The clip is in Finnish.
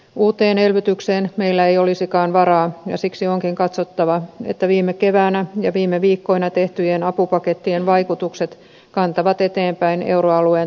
uuteen elvytykseen meillä ei olisikaan varaa ja siksi onkin katsottava että viime keväänä ja viime viikkoina tehtyjen apupakettien vaikutukset kantavat eteenpäin euroalueen talouskehityksessä